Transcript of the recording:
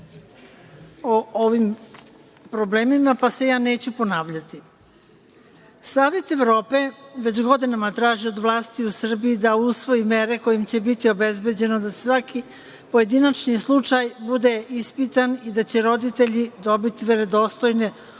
o ovim problemima pa se ja neću ponavljati. Savet Evrope već godinama traži od vlasti u Srbiji da usvoji mere kojim će biti obezbeđeno da svaki pojedinačni slučaj bude ispitan i da će roditelji dobiti verodostojne